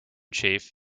chief